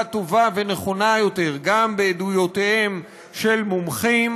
טובה ונכונה יותר גם בעדויותיהם של מומחים,